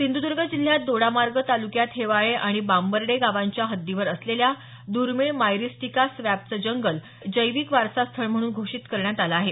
सिंधुदूर्ग जिल्ह्यात दोडामार्ग तालुक्यात हेवाळे आणि बांबर्डे गावांच्या हद्दीवर असलेल्या दुर्मिळ मायरिस्टिका स्वॅम्पचं जंगल जैविक वारसा स्थळ म्हणून घोषित करण्यात आलं आहे